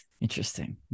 Interesting